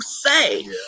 say